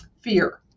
fear